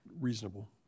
reasonable